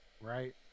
right